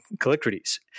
Callicrates